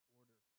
order